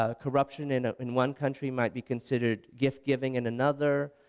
ah corruption in ah in one country might be considered gift giving in another.